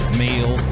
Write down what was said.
meal